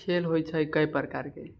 खेल होइ छै कए प्रकारके